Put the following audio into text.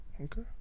Okay